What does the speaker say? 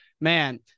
Man